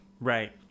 Right